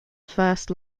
first